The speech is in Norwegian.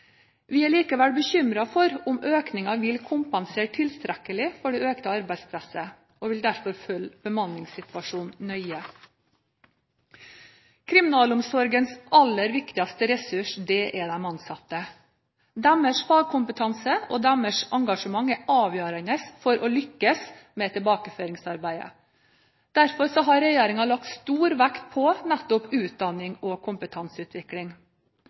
Vi er likevel bekymret for om økningen vil kompensere tilstrekkelig for det økte arbeidspresset, og vil derfor følge bemanningssituasjonen nøye. Kriminalomsorgens aller viktigste ressurs er de ansatte. Deres fagkompetanse og deres engasjement er avgjørende for å lykkes med tilbakeføringsarbeidet. Derfor har regjeringen lagt stor vekt på nettopp utdanning og kompetanseutvikling.